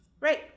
right